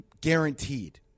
guaranteed